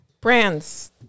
brands